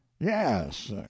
Yes